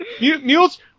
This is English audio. Mules